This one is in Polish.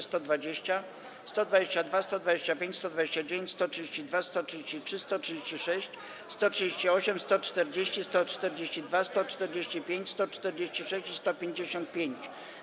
120, 122, 125, 129, 132, 133, 136, 138, 140, 142, 145, 146 i 155.